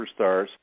superstars